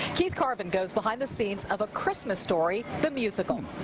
keith garvin goes behind-the-scenes of a christmas story, the musical.